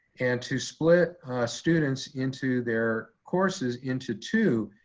and to split students into their courses into two,